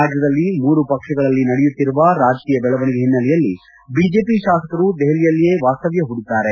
ರಾಜ್ಯದಲ್ಲಿ ಮೂರು ಪಕ್ಷಗಳಲ್ಲಿ ನಡೆಯುತ್ತಿರುವ ರಾಜಕೀಯ ಬೆಳವಣಿಗೆ ಹಿನ್ನೆಲೆಯಲ್ಲಿ ಬಿಜೆಪಿ ಶಾಸಕರು ದೆಹಲಿಯಲ್ಲಿಯೇ ವಾಸ್ತವ್ಯ ಹೂಡಿದ್ದಾರೆ